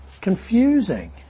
confusing